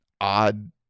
odd